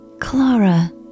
Clara